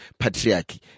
patriarchy